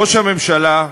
ראש הממשלה,